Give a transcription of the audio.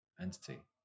entity